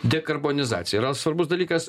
dekarbonizacija yra svarbus dalykas